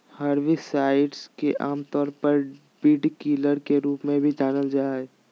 herbicides के आमतौर पर वीडकिलर के रूप में भी जानल जा हइ